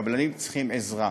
הקבלנים צריכים עזרה.